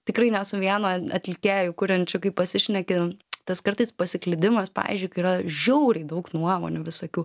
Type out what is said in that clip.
tikrai ne su vienu atlikėju kuriančiu kai pasišneki tas kartais pasiklydimas pavyzdžiui kai yra žiauriai daug nuomonių visokių